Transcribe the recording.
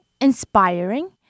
inspiring